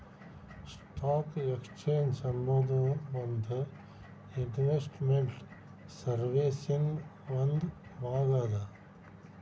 stock exchange ಅನ್ನೊದು ಒಂದ್ investment ಸರ್ವೇಸಿನ್ ಒಂದ್ ಭಾಗ ಅದ